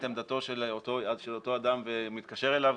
עמדתו של אותו אדם והוא מתקשר אליו,